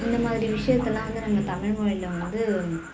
இந்த மாதிரி விஷயத்தலாம் வந்து நம்ம தமிழ்மொழியில வந்து